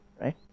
right